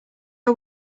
are